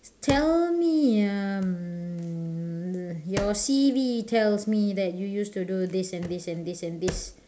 tell me um your C_V tells me that you used to do this and this and this and this